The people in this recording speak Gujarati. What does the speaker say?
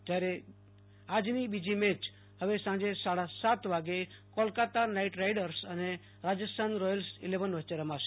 જયારે આજની બીજી મેય હવે સાંજે સાડા સાત વાગે કોલકતા નાઈટ રાઈડર્સ અને રાજસ્થાન રોયલ્સ વચ્ચે રમાશે